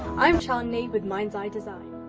i'm chal nee with mind's eye design.